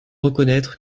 reconnaître